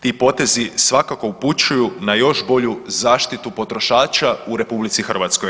Ti potezi svakako upućuju na još bolju zaštitu potrošača u RH.